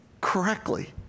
correctly